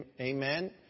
Amen